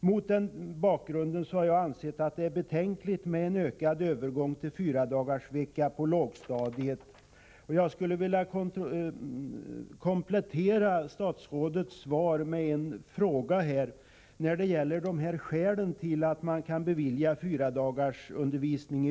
Mot den bakgrunden har jag ansett att det är betänkligt med en ökad övergång till fyradagarsvecka på lågstadiet. Jag skulle vilja be statsrådet komplettera sitt svar när det gäller skälen till att man kan bevilja fyra dagars undervisning.